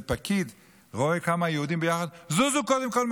פקיד רואה כמה יהודים ביחד: קודם כול,